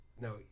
No